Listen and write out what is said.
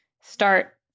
start